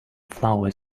flower